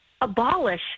abolish